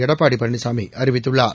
எடப்பாடி பழனிசாமி அறிவித்துள்ளார்